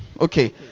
Okay